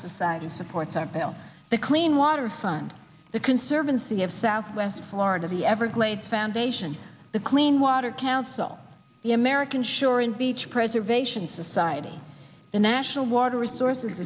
society supports our bill the clean water fund the conservancy of southwest florida the everglades foundation the clean water council the american shore and beach preservation society the national water resources